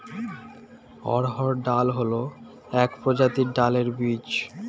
অড়হর ডাল হল এক প্রজাতির ডালের বীজ